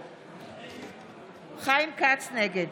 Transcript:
נגד ישראל כץ, נגד